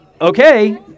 Okay